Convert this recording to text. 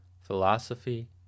Philosophy